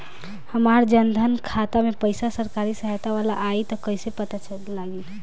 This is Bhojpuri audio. हमार जन धन खाता मे पईसा सरकारी सहायता वाला आई त कइसे पता लागी?